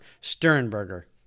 Sternberger